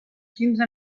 quinze